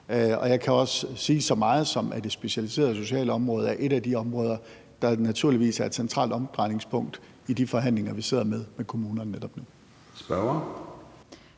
Jeg kan også sige så meget, som at det specialiserede socialområde er et af de områder, der naturligvis er et centralt omdrejningspunkt i de forhandlinger, vi sidder i med kommunerne netop nu.